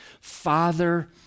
Father